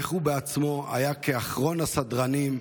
איך הוא בעצמו היה כאחרון הסדרנים,